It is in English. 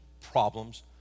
problems